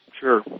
Sure